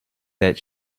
that